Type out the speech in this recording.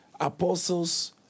apostles